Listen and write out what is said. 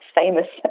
famous